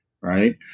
Right